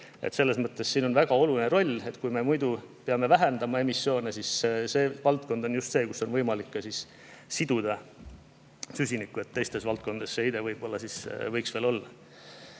Selles mõttes on neil väga oluline roll. Kui me muidu peame vähendama emissioone, siis see valdkond on just see, kus on võimalik süsinikku siduda, teistes valdkondades see heide võiks veel olla.